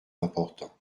importantes